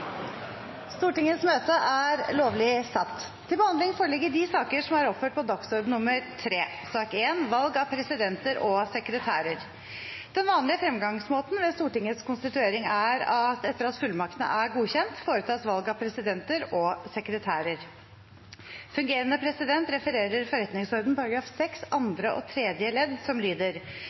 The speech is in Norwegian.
Stortingets konstituering er at det etter at fullmaktene er godkjent, foretas valg av presidenter og sekretærer. Fungerende president refererer forretningsordenens § 6 andre og tredje ledd, som lyder: